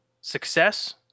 success